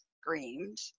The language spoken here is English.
screamed